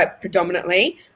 predominantly